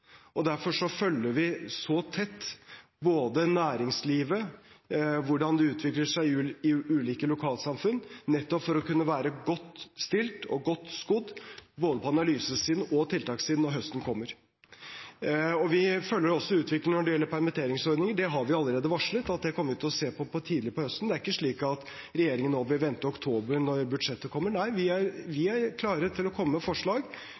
og derfor følger vi så tett næringslivet, hvordan det utvikler seg i ulike lokalsamfunn, nettopp for å kunne være godt stilt og godt skodd både på analysesiden og på tiltakssiden når høsten kommer. Vi følger også utviklingen når det gjelder permitteringsordninger. Det har vi allerede varslet at vi kommer til å se på tidlig på høsten. Det er ikke slik at regjeringen nå vil vente til oktober, når budsjettet kommer, nei, vi er klare til å komme med forslag